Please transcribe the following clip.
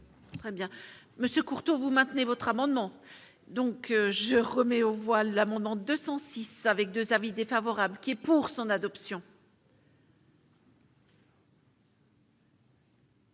Très bien monsieur Courteau vous maintenez votre amendement donc je remets aux voix l'amendement 206 avec 2 avis défavorables qui est pour son adoption.